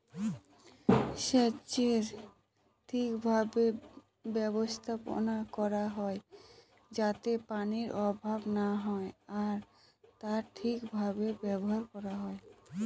সেচের ঠিক ভাবে ব্যবস্থাপনা করা হয় যাতে পানির অভাব না হয় আর তা ঠিক ভাবে ব্যবহার করা হয়